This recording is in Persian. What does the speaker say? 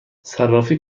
صرافی